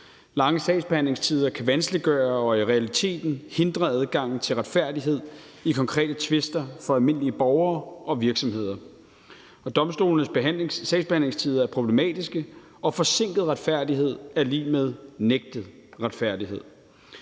Lange sagsbehandlingstider kan vanskeliggøre og i realiteten hindre adgangen til retfærdighed i konkrete tvister for almindelige borgere og virksomheder. Og domstolenes sagsbehandlingstider er problematiske, og forsinket retfærdighed er lig med nægtet retfærdighed.